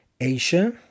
Asia